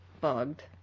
bugged